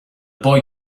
boy